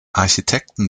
architekten